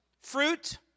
Fruit